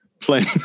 playing